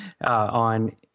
on